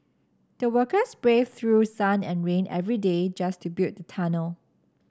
the workers braved through sun and rain every day just to build the tunnel